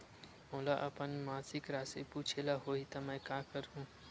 मोला अपन मासिक राशि पूछे ल होही त मैं का करहु?